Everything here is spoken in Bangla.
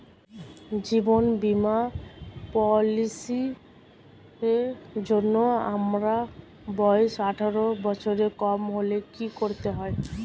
জীবন বীমা পলিসি র জন্যে আমার বয়স আঠারো বছরের কম হলে কি করতে হয়?